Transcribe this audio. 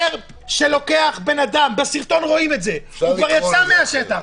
שוטר שלוקח בן אדם בסרטון רואים את זה הוא כבר יצא מהשטח,